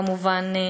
כמובן,